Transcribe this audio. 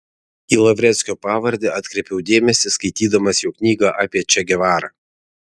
į lavreckio pavardę atkreipiau dėmesį skaitydamas jo knygą apie če gevarą